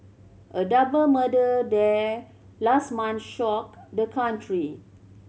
a double murder there last month shocked the country